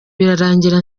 birarangira